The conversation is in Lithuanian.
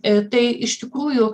i tai iš tikrųjų